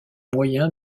moyen